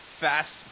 fast